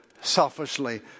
selfishly